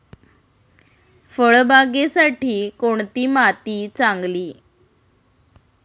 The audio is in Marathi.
फळबागेसाठी कोणती माती चांगली?